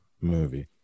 movie